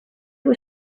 was